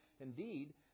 Indeed